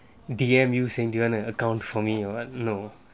D_M you sending an account for me or [what] no